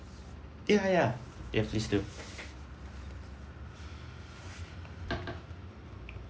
ya ya ya please do